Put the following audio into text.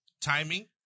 Timing